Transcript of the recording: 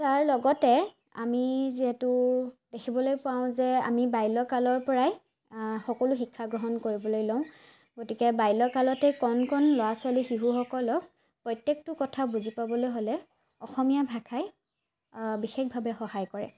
তাৰ লগতে আমি যিহেতু দেখিবলৈ পাওঁ যে আমি বাল্যকালৰ পৰাই সকলো শিক্ষা গ্ৰহণ কৰিবলৈ লওঁ গতিকে বাল্যকালতে কণ কণ ল'ৰা ছোৱালী শিশুসকলক প্ৰত্যেকটো কথা বুজি পাবলৈ হ'লে অসমীয়া ভাষাই বিশেষভাৱে সহায় কৰে